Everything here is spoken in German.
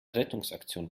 rettungsaktion